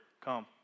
come